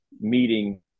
meeting